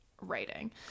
writing